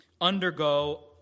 undergo